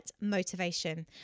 motivation